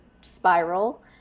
spiral